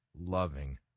loving